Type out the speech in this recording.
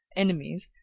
enemies,